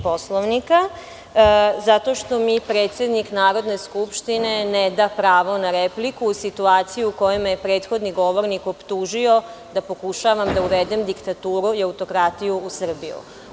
Poslovnika zato što mi predsednik Narodne skupštine neda pravo na repliku u situaciji u kojoj me je prethodni govornik optužio da pokušavam da uvedem diktaturu i autokratiju u Srbiju.